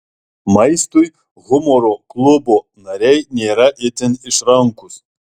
maistui humoro klubo nariai nėra itin išrankūs